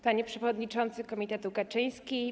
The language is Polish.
Panie Przewodniczący Komitetu Kaczyński!